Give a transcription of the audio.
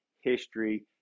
history